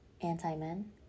anti-men